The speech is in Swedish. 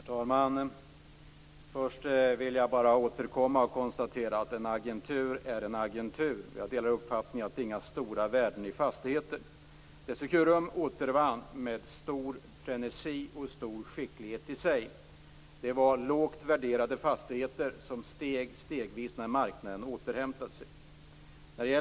Herr talman! Först vill jag bara återkomma och konstatera att en agentur är en agentur. Jag delar uppfattningen att det inte är några stora värden i fastigheter. Det Securum återvann med stor frenesi och stor skicklighet i sig var lågt värderade fastigheter, där värdet stegvis ökade när marknaden återhämtat sig.